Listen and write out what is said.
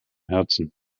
herzen